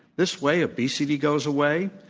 this way obesity goes away,